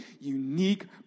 unique